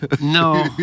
No